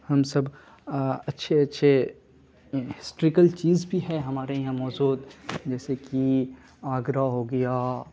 ہم سب اچھے اچھے ہسٹریکل چیز بھی ہے ہمارے یہاں موجود جیسے کہ آگرہ ہو گیا